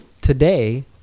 today